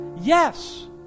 Yes